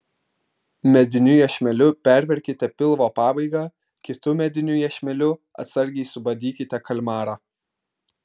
mediniu iešmeliu perverkite pilvo pabaigą kitu mediniu iešmeliu atsargiai subadykite kalmarą